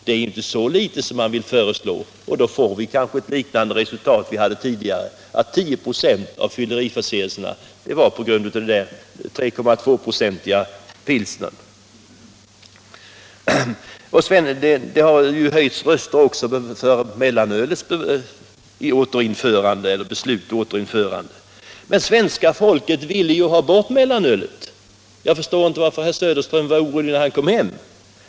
Det är inte så litet, och resultatet blir kanske likartat det vi hade tidigare, då 10 96 av fylleriförseelserna berodde på den 3,2-procentiga pilsnern. Det har också höjts röster för mellanölets bibehållande. Men svenska folket ville ju ha bort mellanölet. Jag förstår inte varför herr Söderström var orolig när han kom hem efter det riksdagsbeslutet.